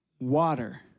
Water